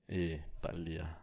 eh tak boleh ah